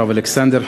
הרב אלכסנדר,